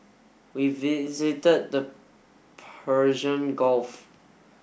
we visited the Persian Gulf